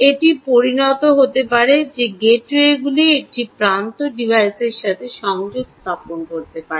এটি পরিণত হতে পারে যে গেটওয়েগুলি একটি প্রান্ত ডিভাইসের সাথে সংযোগ স্থাপন করতে পারে